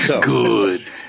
Good